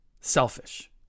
selfish